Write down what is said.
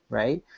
right